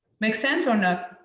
make sense or no?